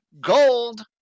Gold